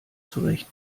zurecht